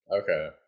Okay